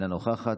אינה נוכחת,